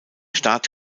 staat